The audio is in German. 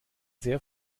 sehr